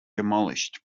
demolished